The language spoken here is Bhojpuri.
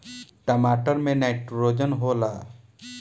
टमाटर मे नाइट्रोजन होला?